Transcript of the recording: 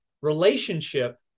relationship